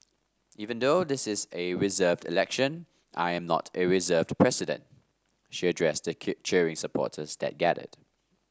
even though this is a reserved election I am not a reserved president she addressed the cheering supporters that gathered